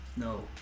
No